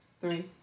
Three